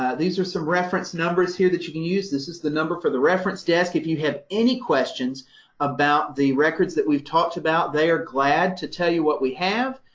these are some reference numbers here that you can use. this is the number for the reference desk. if you have any questions about the records that we've talked about, they are glad to tell you what we have.